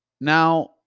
Now